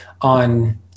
on